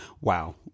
wow